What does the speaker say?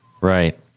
right